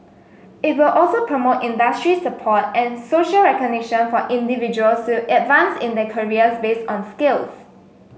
it will also promote industry support and social recognition for individuals to advance in their careers based on skills